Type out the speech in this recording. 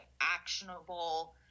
actionable